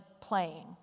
playing